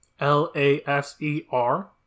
l-a-s-e-r